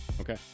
Okay